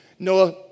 Noah